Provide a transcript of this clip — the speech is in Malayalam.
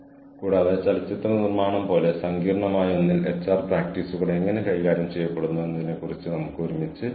ഞാൻ ഇരിക്കുന്ന കെട്ടിടത്തിനുള്ളിൽ എത്രമാത്രം പോസിറ്റീവ് എനർജി പ്രചരിക്കുന്നുവെന്ന് സങ്കൽപ്പിക്കുക